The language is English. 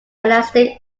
elastic